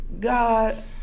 God